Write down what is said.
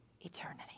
eternity